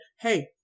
hey